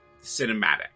cinematic